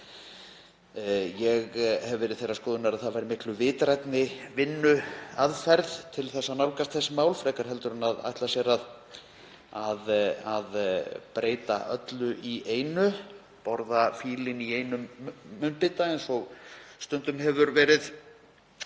Ég hef verið þeirrar skoðunar að það væri miklu vitrænni vinnuaðferð við þau mál en að ætla sér að breyta öllu í einu, borða fílinn í einum munnbita eins og stundum hefur verið